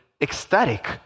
ecstatic